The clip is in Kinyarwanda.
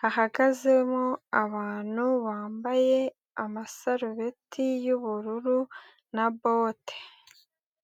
hahagazemo abantu bambaye amasarubeti y'ubururu na bote.